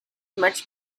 much